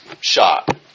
shot